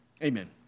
Amen